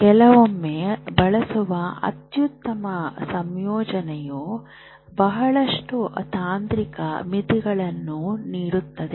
ಕೆಲವೊಮ್ಮೆ ಬಳಸುವ ಅತ್ಯುತ್ತಮ ಸಂಯೋಜನೆಯು ಬಹಳಷ್ಟು ತಾಂತ್ರಿಕ ಮಿತಿಗಳನ್ನು ನೀಡುತ್ತದೆ